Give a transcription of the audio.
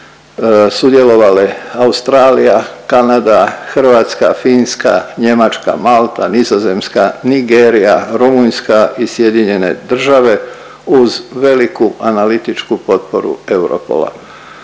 sudjelovale Australija, Kanada, Hrvatska, Finska, Njemačka, Malta, Nizozemska, Nigerija, Rumunjska i SAD uz veliku analitičku potporu Europola.